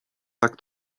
tak